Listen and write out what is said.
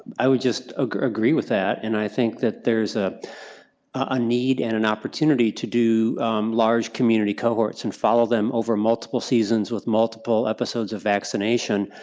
i would just ah agree with that, and i think that there's a ah need and an opportunity to do large community cohorts and follow them over multiple seasons with multiple episodes of vaccination.